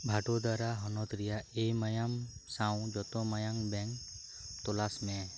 ᱵᱷᱟᱫᱳᱫᱟᱨᱟ ᱦᱚᱱᱚᱛ ᱨᱮᱭᱟᱜ ᱮᱼ ᱢᱟᱭᱟᱢ ᱥᱟᱶ ᱡᱚᱛᱚ ᱢᱟᱭᱟᱝ ᱵᱮᱝᱠ ᱛᱚᱞᱟᱥ ᱢᱮ